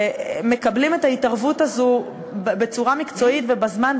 שמקבלים את ההתערבות הזאת בצורה מקצועית ובזמן,